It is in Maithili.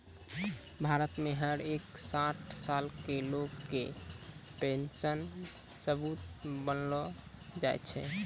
भारत मे हर एक साठ साल के लोग के पेन्शन सबूत बनैलो जाय छै